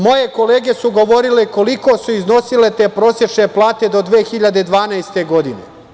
Moje kolege su govorile koliko su iznosile te prosečne plate do 2012. godine.